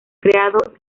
creado